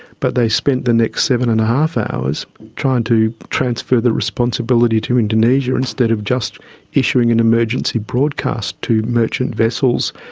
but they spent the next seven. and five hours trying to transfer the responsibility to indonesia, instead of just issuing an emergency broadcast to merchant vessels.